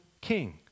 king